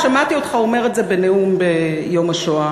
שמעתי אותך אומר את זה בנאום ביום השואה